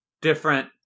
different